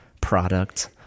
product